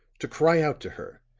to cry out to her,